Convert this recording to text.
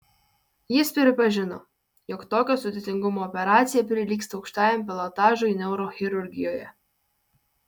jis pripažino jog tokio sudėtingumo operacija prilygsta aukštajam pilotažui neurochirurgijoje